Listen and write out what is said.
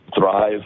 thrive